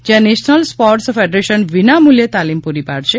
જ્યાં national sports federation વિનામૂલ્યે તાલીમ પૂરી પાડશે